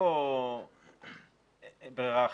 ברירה אחרת.